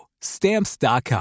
Stamps.com